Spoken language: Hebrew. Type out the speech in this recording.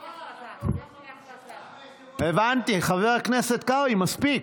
ההצעה עברה, הבנתי, חבר הכנסת קרעי, מספיק.